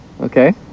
Okay